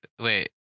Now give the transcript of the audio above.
wait